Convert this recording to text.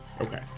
Okay